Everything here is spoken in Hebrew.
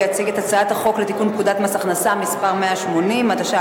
ויציג את הצעת החוק לתיקון פקודת מס הכנסה (מס' 180),